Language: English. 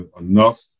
enough